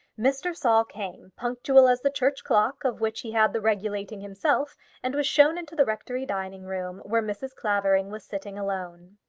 mr. saul came, punctual as the church clock of which he had the regulating himself and was shown into the rectory dining-room, where mrs. clavering was sitting alone.